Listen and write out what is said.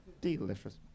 Delicious